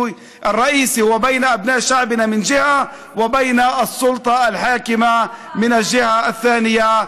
הקונפליקט הוא בין בני עמנו מצד אחד והממשלה השלטת מהצד השני.